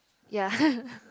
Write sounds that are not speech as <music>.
ya <laughs>